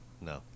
No